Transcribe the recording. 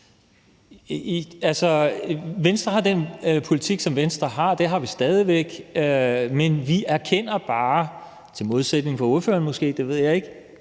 Venstre har den politik, som Venstre har. Det har vi stadig væk. Men vi erkender bare – i modsætning til ordføreren måske, det ved jeg ikke,